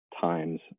times